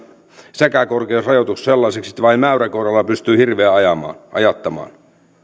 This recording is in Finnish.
säkäkorkeusrajoitus sellaiseksi että vain mäyräkoiralla tai kiinanpalatsikoiralla pystyy hirveä ajattamaan